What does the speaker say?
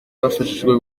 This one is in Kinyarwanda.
bafashijwe